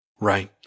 Right